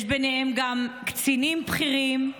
ויש ביניהם גם קצינים בכירים.